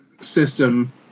system